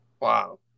Wow